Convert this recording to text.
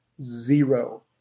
zero